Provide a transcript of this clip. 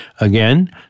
Again